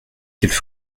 quelle